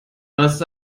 was